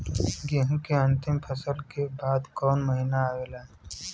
गेहूँ के अंतिम फसल के बाद कवन महीना आवेला?